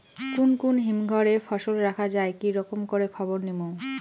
কুন কুন হিমঘর এ ফসল রাখা যায় কি রকম করে খবর নিমু?